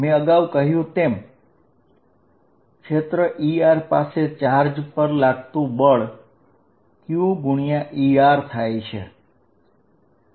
મેં અગાઉ કહ્યું તેમ જો ક્ષેત્ર E હોય તો ચાર્જ q પર લાગતું બળ FqE હશે